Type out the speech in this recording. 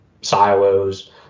silos